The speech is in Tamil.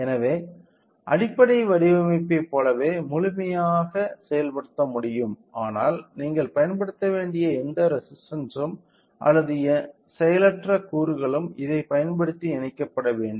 எனவே அடிப்படை வடிவமைப்பைப் போலவே முழுமையாக செயல்படுத்த முடியும் ஆனால் நீங்கள் பயன்படுத்த வேண்டிய எந்த ரெசிஸ்டன்ஸ்ம் அல்லது செயலற்ற கூறுகளும் இதைப் பயன்படுத்தி இணைக்கப்பட வேண்டும்